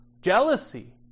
jealousy